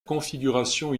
configuration